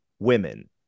women